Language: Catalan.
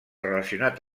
relacionat